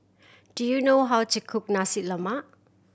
do you know how to cook Nasi Lemak